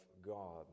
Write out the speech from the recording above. God